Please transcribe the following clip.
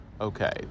Okay